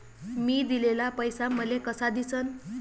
मी दिलेला पैसा मले कसा दिसन?